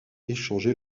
échangé